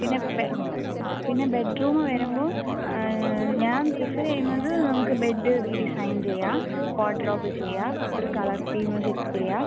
പിന്നെ ബെ ആ പിന്നെ ബെഡ്റൂമ് വരുമ്പോൾ ഞാൻ പ്രിഫെർ ചെയ്യുന്നത് നമുക്ക് ബെഡ് റീഡിസൈൻ ചെയ്യാം വാർഡ്രോബ് ചെയ്യാം ഒരു കളർ തീമ് സെറ്റ് ചെയ്യാം